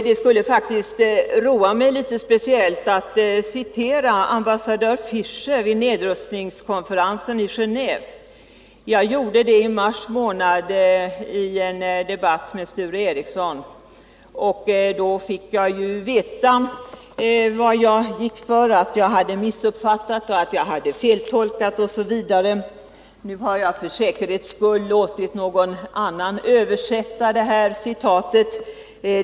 Det skulle faktiskt roa mig att citera vad ambassadör Fisher sade vid nedrustningskonferensen i Gendve. Jag gjorde det i mars månad i en debatt med Sture Ericson, och då fick jag veta vad jag gick för — att jag hade missuppfattat, feltolkat osv. Nu har jag för säkerhets skull låtit någon annan översätta uttalandet.